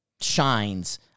shines